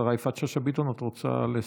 השרה יפעת שאשא ביטון, את רוצה לסכם?